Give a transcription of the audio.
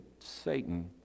satan